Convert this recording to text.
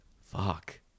Fuck